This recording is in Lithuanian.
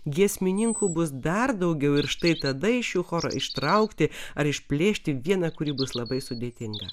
giesmininkų bus dar daugiau ir štai tada iš šio choro ištraukti ar išplėšti vieną kurį bus labai sudėtinga